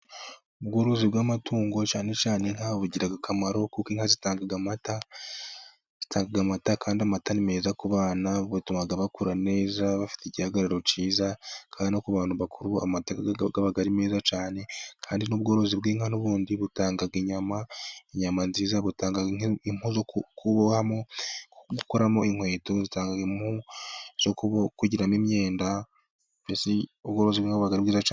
Ubworozi bw'amatungo cyane cyane inka bugira akamaro kuko inka zitanga amata kandi amata ni meza ku bana, butuma bakura neza, bafite igihagararo cyiza, kandi no ku bantu bakuru amata aba ari meza cyane kandi n'ubworozi bw'inka n'ubundi butanga inyama, inyama nziza, butanga impu zo kubohamo, gukoramo inkweto, zitanga impu zo kugiramo imyenda, mbese ubworozi buba ari bwiza cyane